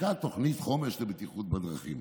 הושקה תוכנית חומש לבטיחות בדרכים,